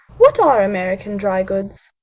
what are american dry goods?